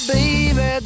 Baby